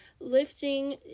lifting